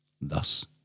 Thus